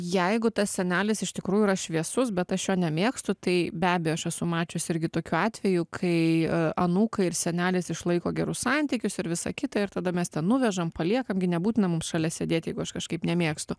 jeigu tas senelis iš tikrųjų yra šviesus bet aš jo nemėgstu tai be abejo aš esu mačiusi irgi tokiu atvejų kai anūkai ir senelis išlaiko gerus santykius ir visa kita ir tada mes ten nuvežam paliekam gi nebūtina mums šalia sėdėti jeigu aš kažkaip nemėgstu